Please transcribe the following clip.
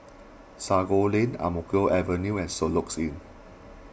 Sago Lane Ang Mo Kio Avenue and Soluxe Inn